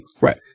right